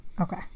Okay